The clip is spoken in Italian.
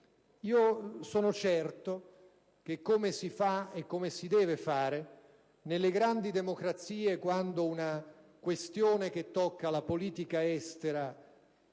Sono certo che, come si fa e si deve fare nelle grandi democrazie quando una questione tocca la politica estera,